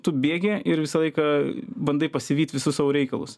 tu bėgi ir visą laiką bandai pasivyt visus savo reikalus